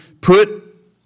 put